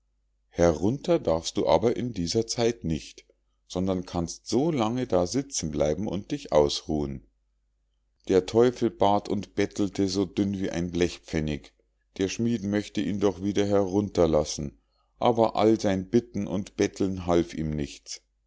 herunter darfst du aber in dieser zeit nicht sondern kannst so lange da sitzen bleiben und dich ausruhen der teufel bat und bettelte so dünn wie ein blechpfennig der schmied möchte ihn doch wieder herunterlassen aber all sein bitten und betteln half ihm nichts